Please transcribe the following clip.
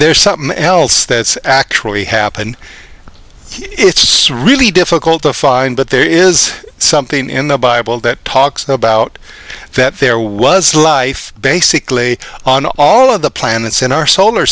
there's something else that's actually happened it's really difficult to find but there is something in the bible that talks about that there was life basically on all of the planets in our solar